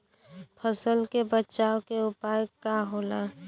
फसल के बचाव के उपाय का होला?